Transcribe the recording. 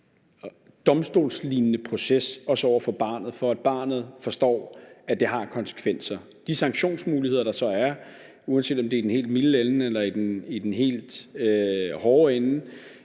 domstolslignende proces, også over for barnet, for at barnet forstår, at det har konsekvenser. De sanktionsmuligheder, der så er, uanset om det er i den helt milde ende eller i den helt hårde ende,